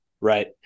Right